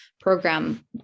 program